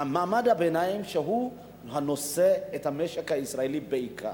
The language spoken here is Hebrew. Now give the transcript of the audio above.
שהוא נושא את המשק הישראלי, בעיקר.